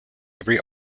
every